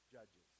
Judges